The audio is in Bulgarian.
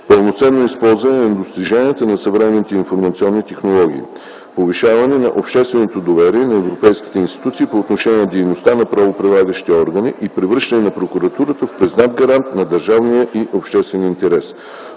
пълноценно използване на достиженията на съвременните информационни технологии; - повишаване на общественото доверие и на европейските институции по отношение дейността на правоприлагащите органи и превръщане на прокуратурата в признат гарант на държавния и обществения интерес.